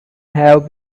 have